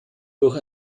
durch